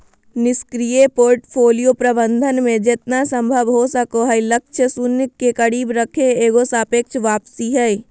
निष्क्रिय पोर्टफोलियो प्रबंधन मे जेतना संभव हो सको हय लक्ष्य शून्य के करीब रखे के एगो सापेक्ष वापसी हय